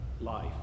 life